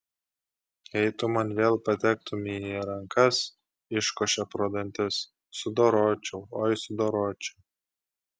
jei tu man vėl patektumei į rankas iškošė pro dantis sudoročiau oi sudoročiau